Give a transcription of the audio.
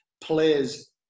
players